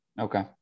Okay